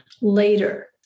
later